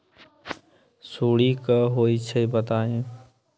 सुडी क होई छई बताई?